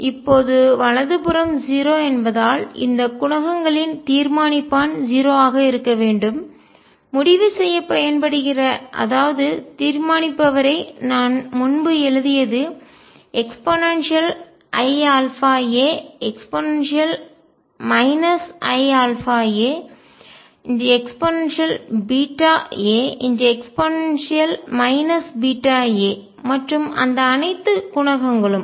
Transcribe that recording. இப்போது வலது புறம் 0 என்பதால் இந்த குணகங்களின் தீர்மானிப்பான் 0 ஆக இருக்க வேண்டும் முடிவு செய்யப் பயன்படுகிற அதாவது தீர்மானிப்பவரை நாம் முன்பு எழுதியது eiαa e iαa eβa e βa மற்றும் அந்த அனைத்து குணகங்களும்